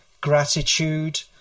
gratitude